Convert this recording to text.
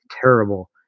terrible